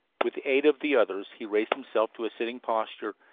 with the aid of the others he raised himself to a sitting posture,